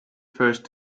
first